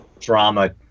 drama